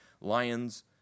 lions